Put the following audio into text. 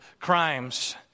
crimes